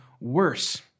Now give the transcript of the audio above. worse